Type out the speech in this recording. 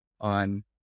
on